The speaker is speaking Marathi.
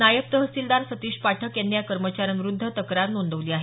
नायब तहसीलदार सतीश पाठक यांनी या कर्मचाऱ्यांविरुद्ध तक्रार नोंदवली आहे